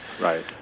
Right